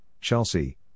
Chelsea